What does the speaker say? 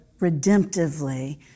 redemptively